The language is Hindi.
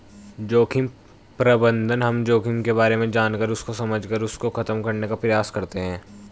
जोखिम प्रबंधन हम जोखिम के बारे में जानकर उसको समझकर उसको खत्म करने का प्रयास करते हैं